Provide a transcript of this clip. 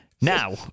now